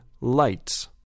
lights